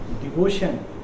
devotion